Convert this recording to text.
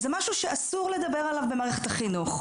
זה משהו שאסור לדבר עליו במערכת החינוך.